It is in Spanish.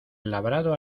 labrado